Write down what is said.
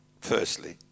firstly